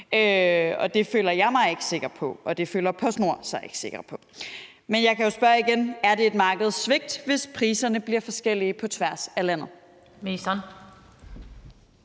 Og det føler jeg mig ikke sikker på, og det føler PostNord sig ikke sikker på. Men jeg kan jo spørge igen: Er det et markedssvigt, hvis priserne bliver forskellige på tværs af landet?